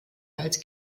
als